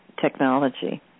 technology